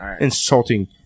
Insulting